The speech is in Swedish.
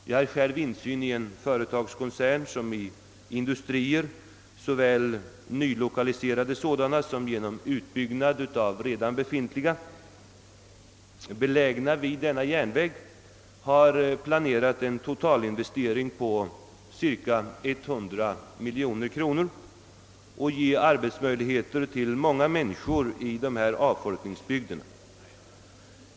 Jag har själv insyn i en företagskoncern, som har planerat en totalinvestering på ca 100 miljoner kronor i såväl nylokaliserade industrier som utbyggnader av redan befintliga industrianläggningar, belägna vid denna järnväg, vilket skulle ge arbetsmöjligheter till många människor i dessa avfolknings bygder.